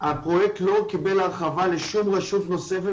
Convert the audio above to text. הפרויקט לא קיבל הרחבה לשום רשות נוספת